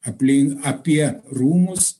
aplink apie rūmus